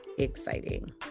exciting